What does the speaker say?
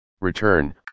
Return